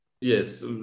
yes